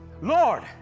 Lord